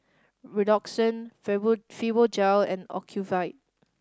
Redoxon Fibogel and Ocuvite